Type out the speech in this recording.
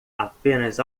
apenas